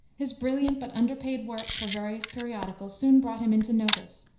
his brilliant but underpaid work for various periodicals soon brought him into notice,